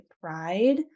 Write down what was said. pride